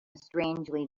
strangely